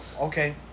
okay